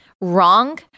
wrong